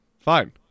Fine